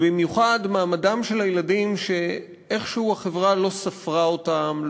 ובמיוחד מעמדם של הילדים שאיכשהו החברה לא ספרה אותם,